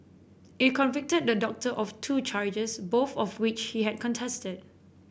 it convicted the doctor of two charges both of which he had contested